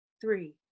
three